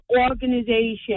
organization